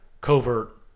covert